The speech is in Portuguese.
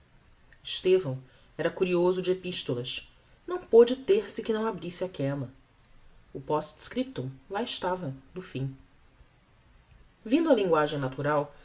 estevão era curioso de epistolas não pode ter-se que não abrisse aquella o post-scriptum lá estava no fim vindo á linguagem natural